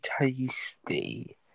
tasty